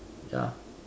ya